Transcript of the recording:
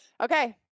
Okay